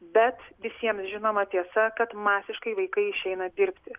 bet visiems žinoma tiesa kad masiškai vaikai išeina dirbti